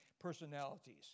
personalities